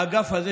האגף הזה,